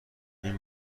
این